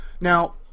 Now